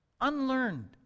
Unlearned